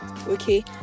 Okay